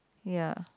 ya